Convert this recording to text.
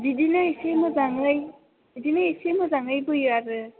बिदिनो एसे मोजाङै बिदिनो एसे मोजाङै बोयो आरो